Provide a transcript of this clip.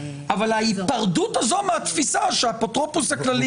אבל ההיפרדות הזו מהתפיסה שהאפוטרופוס הכללי,